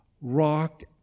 rocked